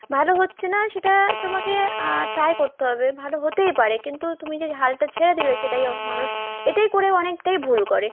ভালো হচ্ছে না সেটা তোমাকে ট্রাই করতে হবে ভালো হতেই পারে কিন্তু তুমি যে হালটা ছেড়ে দিলে সেটাই মানুষ এটাই করে অনেকটাই ভুল করে